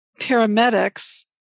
paramedics